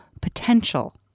potential